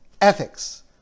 ethics